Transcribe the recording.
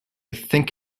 think